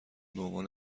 بعنوان